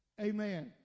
Amen